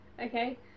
Okay